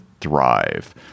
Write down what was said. thrive